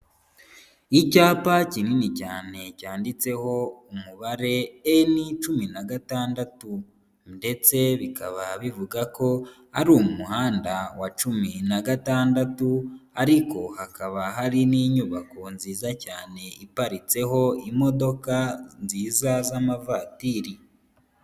Icyapa kinini cyane cyanditseho umubare eni cumi na gatandatu ndetse bikaba bivuga ko ari umuhanda wa cumi na gatandatu ariko hakaba hari n'inyubako nziza cyane iparitseho imodoka nziza z'amavatiri.